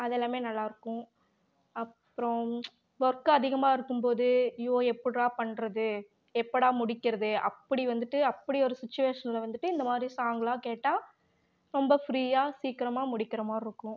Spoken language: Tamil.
அதெல்லாமே நல்லாயிருக்கும் அப்புறோம் ஒர்க்கு அதிகமாக இருக்கும்போது ஐயோ எப்பட்றா பண்ணுறது எப்படா முடிக்கறது அப்படி வந்துட்டு அப்படி ஒரு சுச்சுவேஷனில் வந்துட்டு இந்த மாதிரி சாங்கெலாம் கேட்டால் ரொம்ப ஃப்ரீயாக சீக்கிரமாக முடிக்கிற மாதிரி இருக்கும்